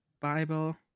Bible